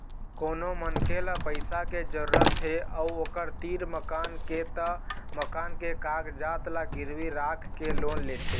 कोनो मनखे ल पइसा के जरूरत हे अउ ओखर तीर मकान के त मकान के कागजात ल गिरवी राखके लोन लेथे